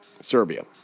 Serbia